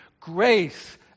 Grace